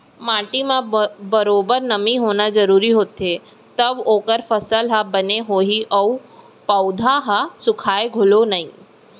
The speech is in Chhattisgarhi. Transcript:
माटी म बरोबर नमी होना जरूरी होथे तव ओकर फसल ह बने होही अउ ओ पउधा ह सुखाय घलौ नई